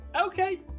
Okay